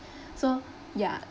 so yeah